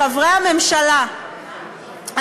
חברי הממשלה,